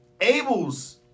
Abel's